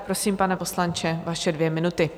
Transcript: Prosím, pane poslanče, vaše dvě minuty.